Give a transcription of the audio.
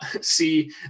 See